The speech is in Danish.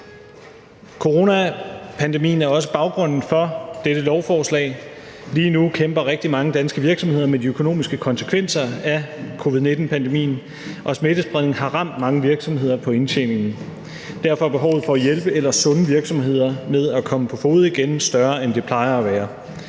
Coronapandemien er også baggrunden for dette lovforslag. Lige nu kæmper rigtig mange danske virksomheder med de økonomiske konsekvenser af covid-19-pandemien, og smittespredningen har ramt mange virksomheder på indtjeningen. Derfor er behovet for at hjælpe ellers sunde virksomheder med at komme på fode igen større, end det plejer at være.